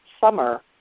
summer